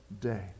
day